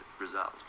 result